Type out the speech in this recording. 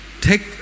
Take